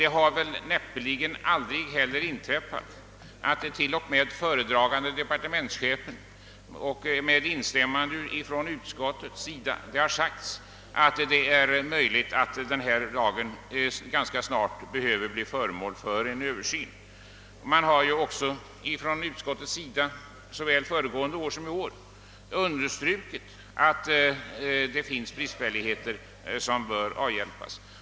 Det har näppeligen heller inträffat tidigare att till och med föredragande departementschef med instämmande från utskottet har uttalat, att det är möjligt att en ny lag ganska snart behöver bli föremål för en översyn. Utskottet har också såväl föregående år som i år understrukit att det finns bristfälligheter som bör avhjälpas.